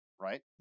right